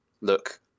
look